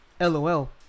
LOL